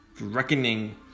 reckoning